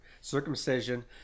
circumcision